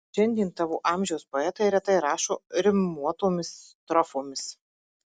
šiandien tavo amžiaus poetai retai rašo rimuotomis strofomis